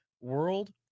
World